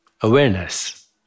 awareness